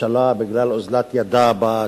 על כך יש להוסיף כי פוטנציאל הסיכון הביטחוני גובר